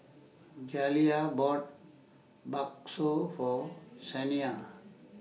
Jaliyah bought Bakso For Saniyah